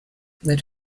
that